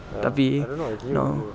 tapi now